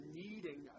needing